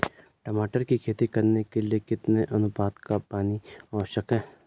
टमाटर की खेती करने के लिए कितने अनुपात का पानी आवश्यक है?